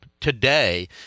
today